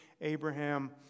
Abraham